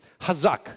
hazak